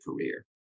career